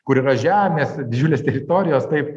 kur yra žemės didžiulės teritorijos taip